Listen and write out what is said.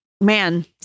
man